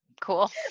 Cool